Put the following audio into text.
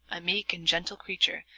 a meek and gentle creature,